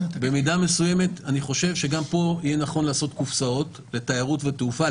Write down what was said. במידה מסוימת אני חושב שגם פה יהיה נכון לעשות קופסות לתיירות ותעופה.